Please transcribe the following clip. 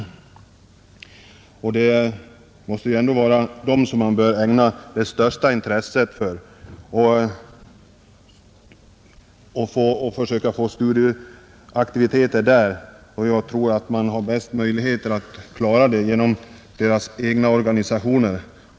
Det måste ändock vara dem som man bör ägna det största intresset och försöka skapa studieaktiviteter för. Jag tror att man har den bästa möjligheten att klara detta genom samverkan med deras egna organisationer.